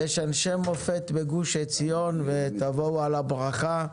יש אנשי מופת בגוש עציון ותבוא על הברכה.